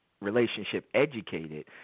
relationship-educated